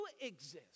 exist